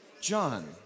John